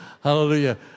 Hallelujah